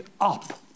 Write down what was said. up